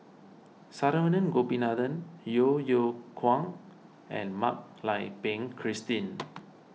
Saravanan Gopinathan Yeo Yeow Kwang and Mak Lai Peng Christine